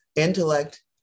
Intellect